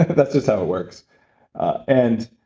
that's just how it works and